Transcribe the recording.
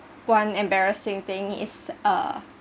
one embarrassing thing is uh